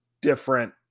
different